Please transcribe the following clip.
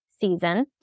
season